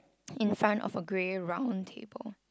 in front of a grey round table